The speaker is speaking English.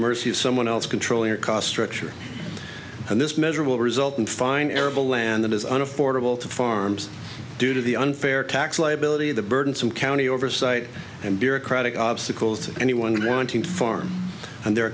mercy of someone else control your cost structure and this measurable result in fine arable land that is an affordable to farms due to the unfair tax liability of the burdensome county oversight and bureaucratic obstacles to anyone wanting to farm and the